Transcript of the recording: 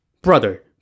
Brother